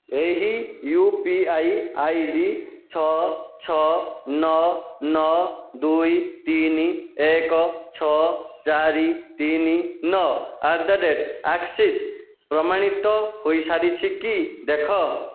ଏହି U P I ID ଛଅ ଛଅ ନଅ ନଅ ଦୁଇ ତିନି ଏକ ଛଅ ଚାରି ତିନି ନଅ ଆଟ୍ ଦ ରେଟ୍ ଆକ୍ସିସ୍ ପ୍ରମାଣିତ ହୋଇସାରିଛି କି ଦେଖ